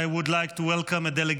I would like to welcome a delegation